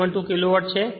272 kilowatt છે